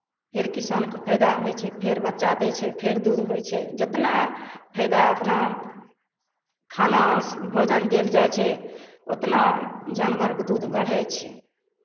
फेर किसानके फायदा होइ छै फेर बच्चा दै छै फेर दूध होइ छै जेतना फायदा अपना खाना भोजन देल जाइ छै ओतना जानवरके दूध बढ़ै छै